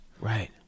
Right